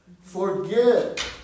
forget